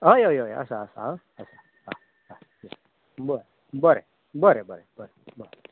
हय हय हय आसा हा बरें बरें बरें बरें बरें